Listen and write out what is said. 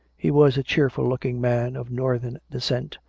he was a cheerful-looking man, of northern descent,